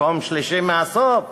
מקום שלישי מהסוף,